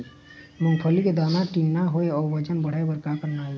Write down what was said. मूंगफली के दाना ठीन्ना होय अउ वजन बढ़ाय बर का करना ये?